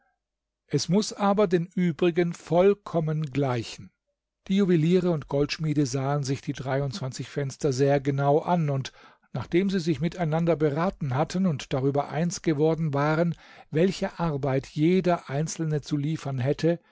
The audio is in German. es muß aber den übrigen vollkommen gleichen die juweliere und goldschmiede sahen sich die dreiundzwanzig fenster sehr genau an und nachdem sie sich miteinander beraten hatten und darüber eins geworden waren welche arbeit jeder einzelne zu liefern hätte